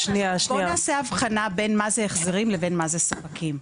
בואו נעשה אבחנה בין מה זה החזרים ובין מה זה ספקים.